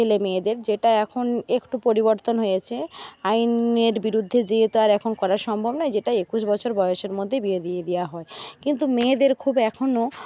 ছেলেমেয়েদের যেটা এখন একটু পরিবর্তন হয়েছে আইনের বিরুদ্ধে গিয়ে তো আর এখন করা সম্ভব নয় যেটা একুশ বছর বয়সের মধ্যে বিয়ে দিয়ে দেওয়া হয় কিন্তু মেয়েদের খুব এখনো